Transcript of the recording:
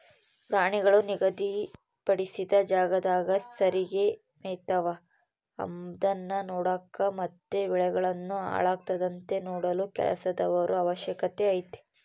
ಪ್ರಾಣಿಗಳು ನಿಗಧಿ ಪಡಿಸಿದ ಜಾಗದಾಗ ಸರಿಗೆ ಮೆಯ್ತವ ಅಂಬದ್ನ ನೋಡಕ ಮತ್ತೆ ಬೆಳೆಗಳನ್ನು ಹಾಳಾಗದಂತೆ ನೋಡಲು ಕೆಲಸದವರ ಅವಶ್ಯಕತೆ ಐತೆ